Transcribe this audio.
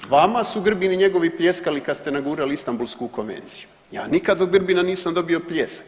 Vama su Grbin i njegovi pljeskali kad ste nagurali Istambulsku konvenciju, ja nikad od Grbina nisam dobio pljesak.